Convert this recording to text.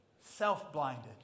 Self-blinded